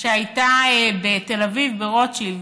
שהייתה בתל אביב, ברוטשילד,